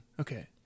Okay